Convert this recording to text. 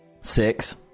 Six